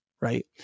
Right